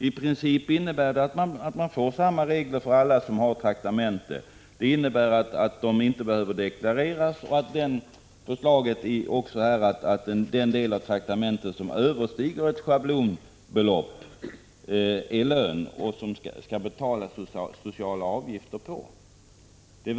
I princip innebär de att det blir samma regler för alla som har traktamenten, nämligen att traktamentena inte behöver deklareras. Ett förslag är också att den del av traktamentet som överstiger ett schablonbelopp är lön, som det skall betalas sociala avgifter för.